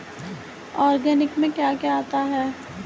Organic में क्या क्या आता है?